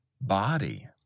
body